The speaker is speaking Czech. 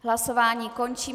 Hlasování končím.